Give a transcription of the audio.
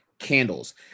Candles